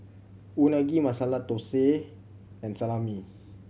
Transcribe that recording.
Unagi Masala Dosa and Salami